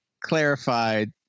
clarified